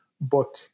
book